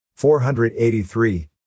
483